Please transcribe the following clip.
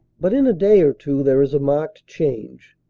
but in a day or two there is a marked change.